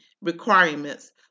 requirements